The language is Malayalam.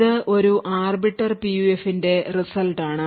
ഇത് ഒരു ആർബിറ്റർ PUF ന്റെ റിസൾട്ട് ആണ്